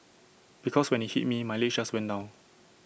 because when IT hit me my legs just went down